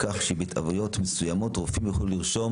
כך שבהתוויות מסוימות רופאים יוכלו לרשום